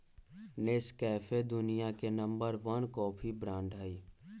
Nescafe दुनिया के number one coffee brand हई